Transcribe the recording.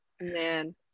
Man